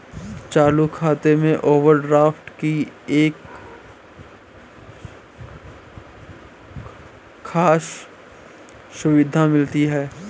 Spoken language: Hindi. चालू खाता में ओवरड्राफ्ट की एक खास सुविधा मिलती है